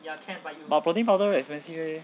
but protein powder very expensive leh